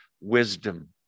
wisdom